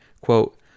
quote